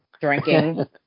drinking